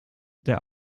der